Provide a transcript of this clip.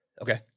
okay